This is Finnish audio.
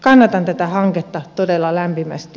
kannatan tätä hanketta todella lämpimästi